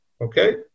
okay